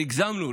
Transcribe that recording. הגזמנו,